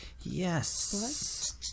Yes